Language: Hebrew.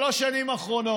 שלוש השנים האחרונות.